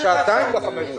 להפסקה של חמש דקות.